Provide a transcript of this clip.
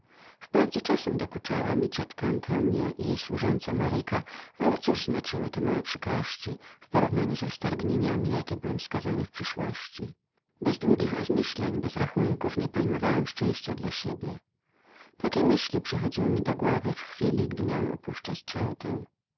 wprawdzie czasami dokuczała mi moja ciotka antonia i jej służąca marika ale cóż znaczyły te małe przykrości w porównaniu z roztargnieniami na jakie byłem skazany bez długich rozmyślań bez rachunków nie pojmowałem szczęścia dla siebie takie myśli przychodziły mi do głowy w chwili gdy miałem opuszczać ceutęceutę mój